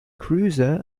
cruiser